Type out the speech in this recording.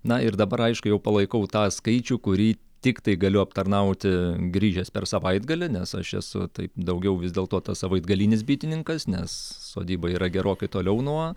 na ir dabar aišku jau palaikau tą skaičių kurį tiktai galiu aptarnauti grįžęs per savaitgalį nes aš esu taip daugiau vis dėlto tas savaitgalinis bitininkas nes sodyba yra gerokai toliau nuo